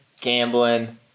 gambling